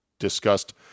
discussed